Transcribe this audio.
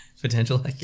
Potential